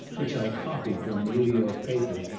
which i copied from a new york paper,